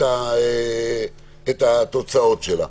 התוצאות שלה.